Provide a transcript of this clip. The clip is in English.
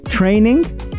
Training